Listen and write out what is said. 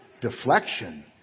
deflection